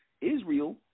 Israel